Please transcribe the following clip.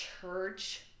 church